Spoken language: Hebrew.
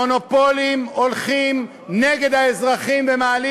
המונופולים הולכים נגד האזרחים ומעלים